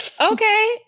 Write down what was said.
Okay